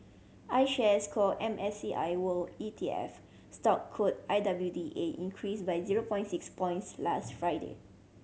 iShares Core M I C I World E T F stock code I W D A increased by zero point six points last Friday